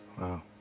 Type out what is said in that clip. Wow